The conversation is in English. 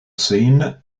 scene